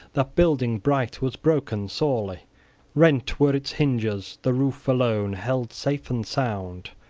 that building bright was broken sorely rent were its hinges the roof alone held safe and sound,